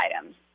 items